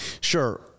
Sure